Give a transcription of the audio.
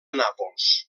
nàpols